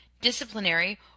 disciplinary